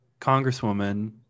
congresswoman